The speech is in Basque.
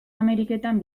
ameriketan